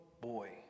boy